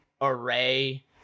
array